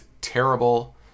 terrible